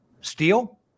steel